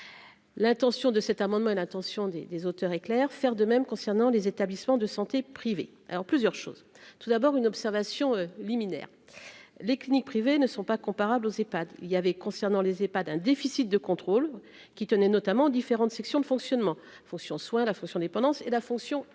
l'intention de cet amendement à l'intention des des auteurs est clair : faire de même concernant les établissements de santé privés alors plusieurs choses, tout d'abord une observation liminaire, les cliniques privées ne sont pas comparables aux Epad il y avait concernant les pas d'un déficit de contrôles qui tenait notamment différentes sections de fonctionnement fonction soit la fonction dépendance et la fonction hébergement,